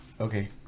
Okay